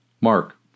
Mark